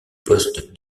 poste